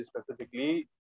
specifically